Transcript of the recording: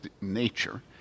nature